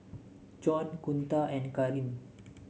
Con Kunta and Kareen